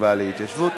החטיבה להתיישבות,